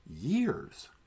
years